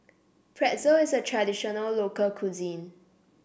pretzel is a traditional local cuisine